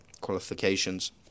qualifications